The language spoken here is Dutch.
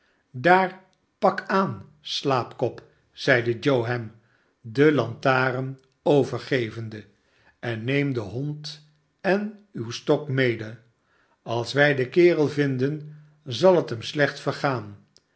daar pak aan slaapkop zeide joe hem de lantaren overgevende en neem den hond en uw stok mede als wij den kerel vinden zal het hem slecht vergaan